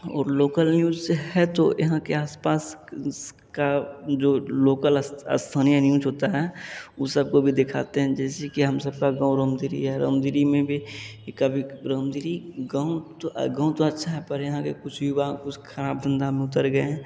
और local news से है तो यहाँ के आस पास का जो लोकल स्थानीय न्यूज होता है वह सब को भी दिखाते हैं जैसे कि हम सब का गाँव रौंदरी है रौंदरी में भी कभी रौंदरी गाँव तो गाँव तो अच्छा है पर यहाँ के कुछ युवा कुछ ख़राब धंधे में उतर गए हैं